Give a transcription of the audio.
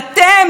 ציני,